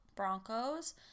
Broncos